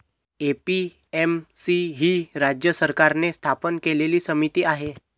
APMC ही राज्य सरकारने स्थापन केलेली समिती आहे